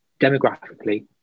demographically